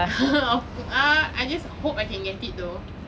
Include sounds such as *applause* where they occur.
*laughs* of ah I just hope I can get it though